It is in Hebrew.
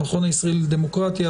המכון הישראלי לדמוקרטיה,